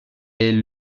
est